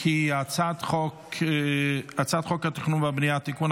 כי הצעת חוק התכנון והבנייה (תיקון,